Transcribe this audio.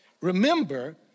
remember